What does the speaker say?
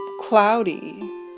cloudy